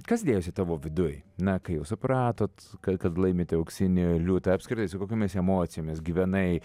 kas dėjosi tavo viduj na kai jau supratot kad laimit auksinį liūtą apskritai su kokiomis emocijomis gyvenai